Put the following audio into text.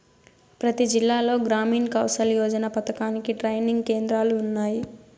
ప్రతి జిల్లాలో గ్రామీణ్ కౌసల్ యోజన పథకానికి ట్రైనింగ్ కేంద్రాలు ఉన్నాయి